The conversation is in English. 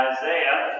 Isaiah